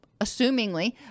assumingly